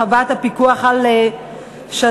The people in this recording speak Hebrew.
הרחבת הפיקוח על שדלנות),